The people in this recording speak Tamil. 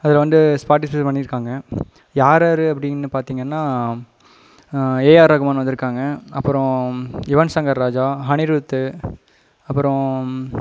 அதில் வந்து ஸ்பார்ட்டிஷிபேட் பண்ணிருக்காங்க யார் யாரு அப்படின்னு பார்த்திங்கன்னா ஏஆர் ரஹ்மான் வந்துருக்காங்க அப்புறோம் யுவன்சங்கர் ராஜா அனிருத்து அப்புறோம்